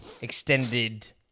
extended